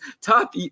top